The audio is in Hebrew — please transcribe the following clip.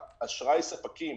אשראי הספקים,